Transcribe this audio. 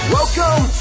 Welcome